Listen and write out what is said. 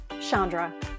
Chandra